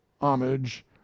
homage